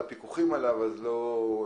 אני רוצה